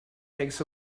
eggs